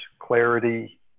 clarity